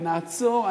ונעצור,